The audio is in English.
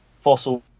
fossil